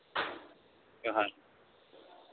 ᱡᱚᱦᱟᱨ